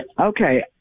Okay